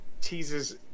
teases